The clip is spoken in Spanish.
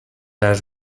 las